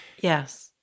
Yes